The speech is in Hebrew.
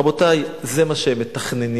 רבותי, זה מה שהם מתכננים,